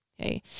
Okay